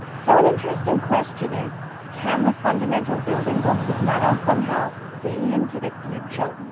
so an interesting question is can the fundamental building blocks of matter somehow see into the future?